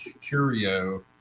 curio